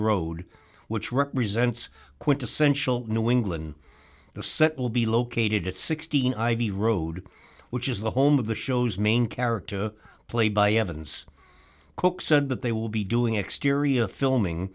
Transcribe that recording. road which represents quintessential new england the set will be located at sixteen ivy road which is the home of the show's main character played by evidence cooke said that they will be doing exterior filming